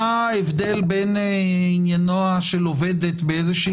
מה ההבדל בין עניינה של עובדת באיזושהי